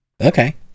Okay